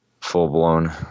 full-blown